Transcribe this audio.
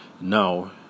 now